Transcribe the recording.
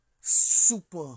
super